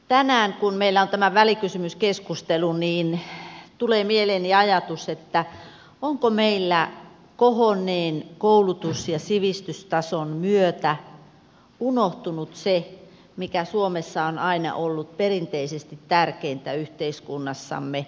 tänään kun meillä on tämä välikysymyskeskustelu niin tulee mieleeni ajatus että onko meillä kohonneen koulutus ja sivistystason myötä unohtunut se mikä suomessa on aina ollut perinteisesti tärkeintä yhteiskunnassamme